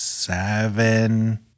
seven